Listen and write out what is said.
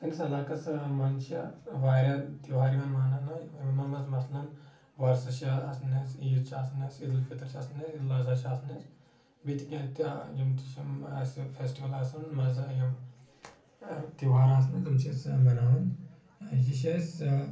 سٲنِس علاقعس منٛز چھِ واریاہ توہار یِوان مَناونہٕ یِمن منٛز مسلن وۄرسہٕ چھ آسان اَسہِ عیٖد چھ آسان اَسہِ عیٖد الفطر چھِ آسان اَسہِ عیٖد الاضحیٰ چھ آسان اسہِ بییٚہِ تہِ کیٚنٛہہ تہِ یِم تہِ چھ اَسہِ فیٚسٹول آسان منٛزٕ یِم تہوار آسان تِم چھِ أسۍ مناوان یہِ چھِ اَسہِ